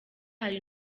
hari